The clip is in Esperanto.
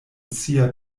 sia